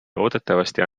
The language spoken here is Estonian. loodetavasti